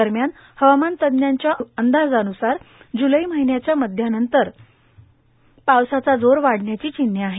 दरम्यान हवामान तम्रांच्या अंदाजानुसार जुलै महिन्याच्या मध्यानंतर पावसाचा जोर वाढण्याची चिन्हे आहेत